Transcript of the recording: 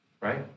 right